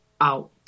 out